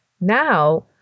Now